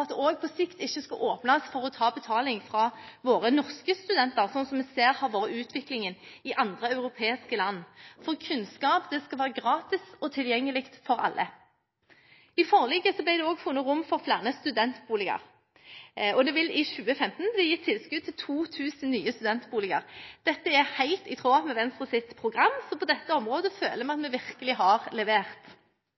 at det på sikt ikke skal åpnes for å ta betaling fra våre norske studenter, slik vi ser har vært utviklingen i andre europeiske land. Kunnskap skal være gratis og tilgjengelig for alle. I forliket ble det også funnet rom for flere studentboliger, og det vil i 2015 bli gitt tilskudd til 2 000 nye studentboliger. Dette er helt i tråd med Venstres program, så på dette området føler vi at vi virkelig har levert.